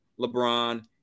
LeBron